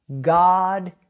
God